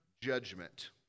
judgment